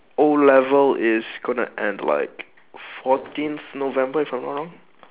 O-level is going to end like fourteenth november if I'm not wrong